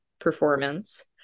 performance